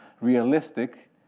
realistic